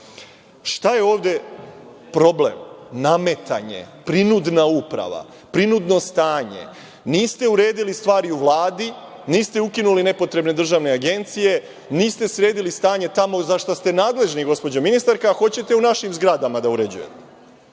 je ovde problem? Nametanje, prinudna uprava, prinudno stanje. Niste uredili stvari u Vladi, niste ukinuli nepotrebne državne agencije, niste sredili stanje tamo zašta ste nadležni, gospođo ministarka, a hoćete u našim zgradama da uređujete.